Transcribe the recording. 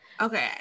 okay